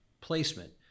placement